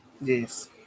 Yes